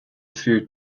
food